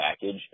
package